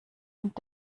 und